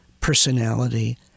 personality